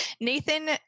Nathan